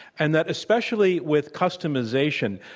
and that especially with customization,